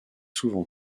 souvent